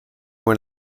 when